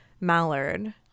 mallard